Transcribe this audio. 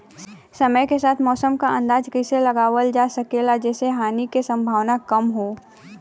समय के साथ मौसम क अंदाजा कइसे लगावल जा सकेला जेसे हानि के सम्भावना कम हो?